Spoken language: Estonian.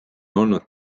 olnud